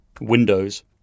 Windows